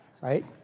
right